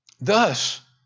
Thus